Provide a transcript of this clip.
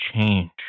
change